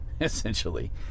essentially